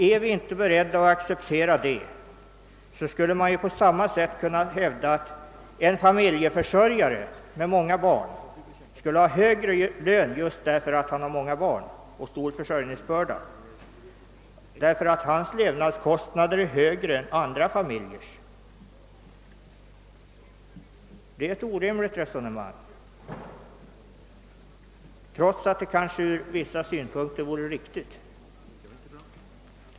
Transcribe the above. Är vi inte beredda att acceptera detta, skulle man på samma sätt kunna hävda att en familjeförsörjare med många barn skulle ha högre lön just därför att han har många barn och en stor försörjningsbörda och därför att hans levnadskostnader är högre än andra familjers. Detta är ett orimligt resonemang, trots att det systemet kanske ur vissa synpunkter vore riktigt.